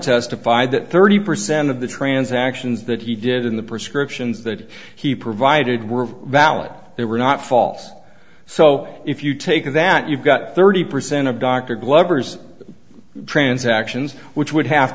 testified that thirty percent of the transactions that he did in the prescriptions that he provided were valid they were not false so if you take that you've got thirty percent of dr glover's transactions which would have